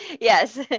Yes